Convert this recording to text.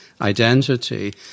identity